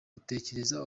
utekereze